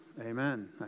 Amen